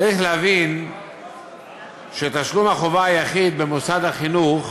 צריך להבין שתשלום החובה היחיד במוסד החינוך